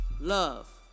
love